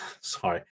sorry